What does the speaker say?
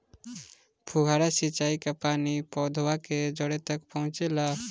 फुहारा सिंचाई का पानी पौधवा के जड़े तक पहुचे ला?